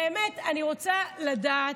באמת, אני רוצה לדעת: